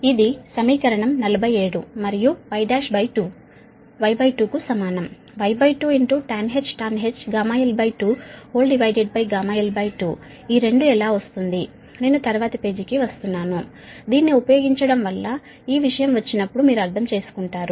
ఇది సమీకరణం 47 మరియు Y12 Y2 కు సమానం Y2 tanh γl2 γl2 ఈ 2 ఎలా వస్తోంది నేను తరువాతి పేజీకి వస్తున్నాను దీన్ని ఉపయోగించడం వల్ల ఈ విషయం వచ్చినప్పుడు మీరు అర్థం చేసుకుంటారు